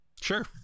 Sure